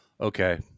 Okay